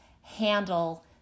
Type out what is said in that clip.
handle